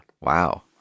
Wow